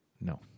No